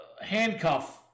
handcuff